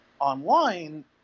online